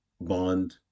bond